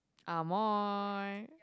Amoy